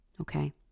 Okay